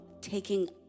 taking